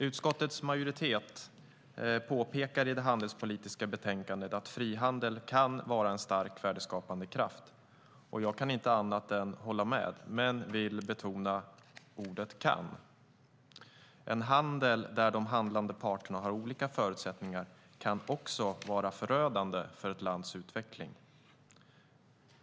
Utskottets majoritet påpekar i det handelspolitiska betänkandet att frihandeln kan vara en starkt värdeskapande kraft. Jag kan inte annat än hålla med men vill betona ordet kan. En handel där de handlande parterna har olika förutsättningar kan också vara förödande för ett lands utveckling.